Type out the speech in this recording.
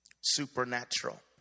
supernatural